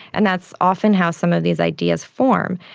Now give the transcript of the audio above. and that's often how some of these ideas form.